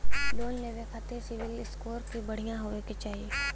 Loan लेवे के खातिन सिविल स्कोर भी बढ़िया होवें के चाही?